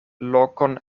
lokon